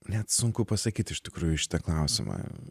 net sunku pasakyt iš tikrųjų į šitą klausimą